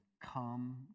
come